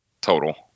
total